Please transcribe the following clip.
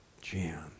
Jan